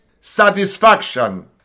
satisfaction